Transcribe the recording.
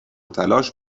تلاش